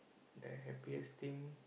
the happiest thing